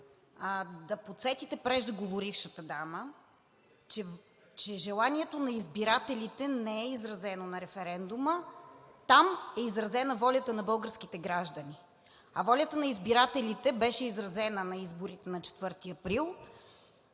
да подсетите преждеговорившата дама, че желанието на избирателите не е изразено на референдума. Там е изразена волята на българските граждани. А волята на избирателите беше изразена на изборите на 4 април